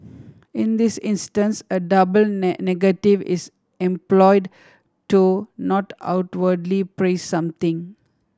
in this instance a double negative is employed to not outwardly praise something